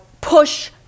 push